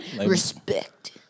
respect